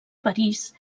parís